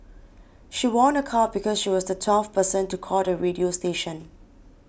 she won a car because she was the twelfth person to call the radio station